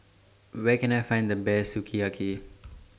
Where Can I Find The Best Sukiyaki